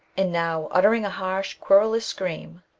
and now, uttering a harsh, querulous scream,